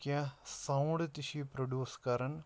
کینٛہہ ساوُنٛڈ تہِ چھِ یہِ پرٛوڈوٗس کَران